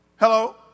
Hello